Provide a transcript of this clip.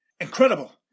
Incredible